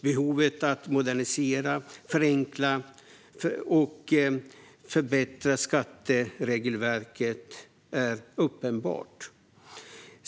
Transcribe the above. Behovet av att modernisera, förenkla och förbättra skatteregelverket är uppenbart.